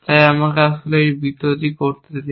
তাই আমাকে আসলে এটিকে বৃত্ত করতে দিন